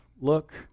look